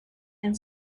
and